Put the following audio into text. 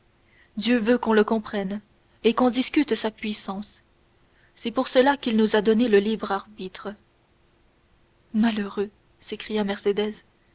dieu veut qu'on le comprenne et qu'on discute sa puissance c'est pour cela qu'il nous a donné le libre arbitre malheureux s'écria